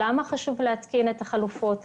למה חשוב להתקין את החלופות,